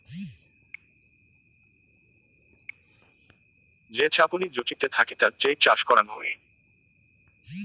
যে ঝাপনি জুচিকতে থাকি তার যেই চাষ করাং হই